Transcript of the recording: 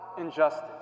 injustice